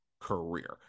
career